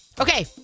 Okay